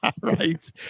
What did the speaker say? right